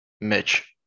Mitch